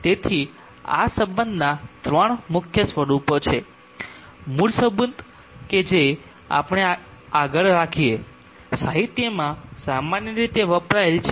તેથી આ સંબંધનાં ત્રણ મુખ્ય સ્વરૂપો છે મૂળ સંબંધ કે જેને આપણે આગળ રાખીએ સાહિત્યમાં સામાન્ય રીતે વપરાયેલ છે